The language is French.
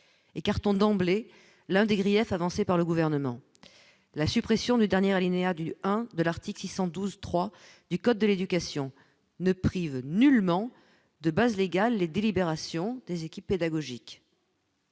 écartons d'emblée l'un des griefs avancés par le gouvernement, la suppression du dernier alinéa du I de l'article 612 3 du code de l'éducation ne prive nullement de base légale, les délibérations des équipes pédagogiques,